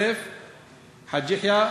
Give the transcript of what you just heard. סייף חאג' יחיא,